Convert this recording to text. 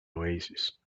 oasis